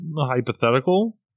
hypothetical